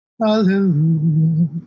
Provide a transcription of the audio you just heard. Hallelujah